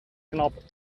knap